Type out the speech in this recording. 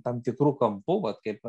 tam tikru kampu vat kaip